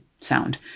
sound